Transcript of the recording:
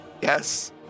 Yes